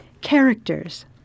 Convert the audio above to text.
Characters